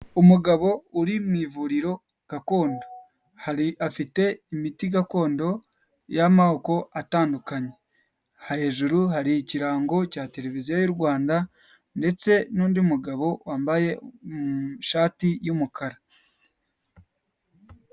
Umugabo uri mu ivuriro gakondo, hari afite imiti gakondo y'amoko atandukanye, hejuru hari ikirango cya televiziyo y'u Rwanda ndetse n'undi mugabo wambaye ishati y'umukara.